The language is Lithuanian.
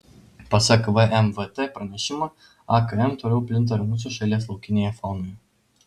pasak vmvt pranešimo akm toliau plinta ir mūsų šalies laukinėje faunoje